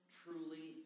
truly